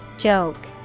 Joke